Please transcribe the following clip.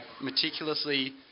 meticulously